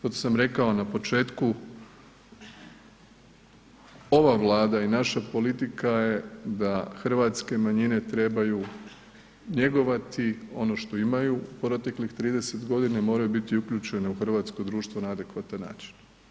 Zato sam rekao na početku, ova Vlada i naša politika je da hrvatske manjine trebaju njegovati ono što imaju u proteklih 30 godina i moraju biti uključene u hrvatsko društvo na adekvatan način.